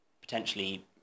potentially